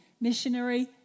missionary